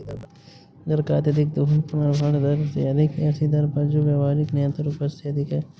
जल का अत्यधिक दोहन पुनर्भरण दर से अधिक ऐसी दर पर जो व्यावहारिक निरंतर उपज से अधिक है